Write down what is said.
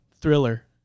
thriller